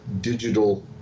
digital